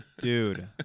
dude